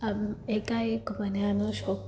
આમ એકાએક મને આનો શોખ